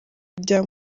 rya